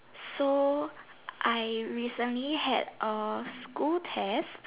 so I recently had a school test